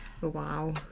Wow